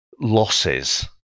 losses